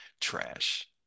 trash